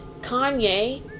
Kanye